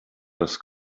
dass